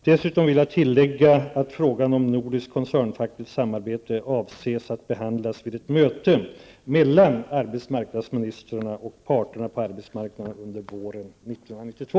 Dessutom vill jag tillägga att frågan om nordiskt koncernfackligt samarbete avses bli behandlad vid ett möte mellan arbetsmarknadsministrarna och parterna på arbetsmarknaden under våren 1992.